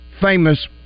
famous